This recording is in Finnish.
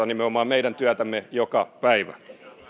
nimenomaan meidän työtämme joka päivä